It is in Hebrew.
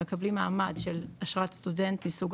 מקבלים מעמד של אשרת סטודנט מסוג